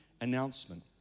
announcement